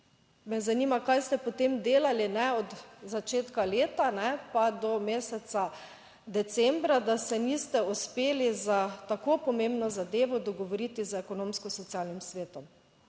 me zanima, kaj ste potem delali, ne od začetka leta, pa do meseca decembra, da se niste uspeli za tako pomembno zadevo dogovoriti z Ekonomsko-socialnim svetom?